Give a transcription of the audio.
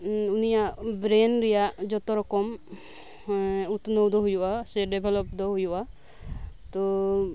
ᱩᱱᱤᱭᱟᱜ ᱵᱨᱮᱱ ᱨᱮᱭᱟᱜ ᱡᱷᱚᱛᱚ ᱨᱚᱠᱚᱢ ᱦᱮᱸ ᱩᱛᱱᱟᱹᱣ ᱫᱚ ᱦᱳᱭᱳᱜᱼᱟ ᱰᱮᱵᱷᱮᱞᱚᱯ ᱫᱚ ᱦᱳᱭᱳᱜᱼᱟ ᱛᱚ